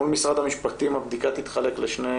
מול משרד המשפטים הבדיקה תתחלק לשני